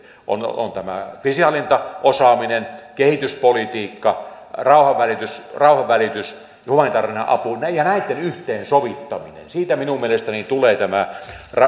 on on tämä kriisinhallintaosaaminen kehityspolitiikka rauhanvälitys rauhanvälitys humanitaarinen apu ja näitten yhteensovittaminen siitä minun mielestäni tulee tämä